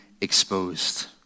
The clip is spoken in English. exposed